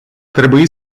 trebui